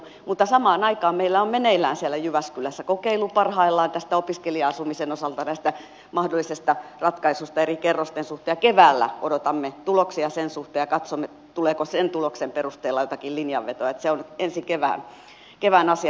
mutta samaan aikaan meillä on parhaillaan meneillään siellä jyväskylässä kokeilu opiskelija asumisen osalta näistä mahdollisista ratkaisuista eri kerrosten suhteen ja keväällä odotamme tuloksia sen suhteen ja katsomme tuleeko sen tuloksen perusteella joitakin linjanvetoja se on ensi kevään asia